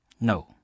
no